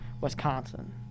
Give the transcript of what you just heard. wisconsin